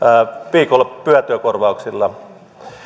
viikonlopun pyhätyökorvauksilla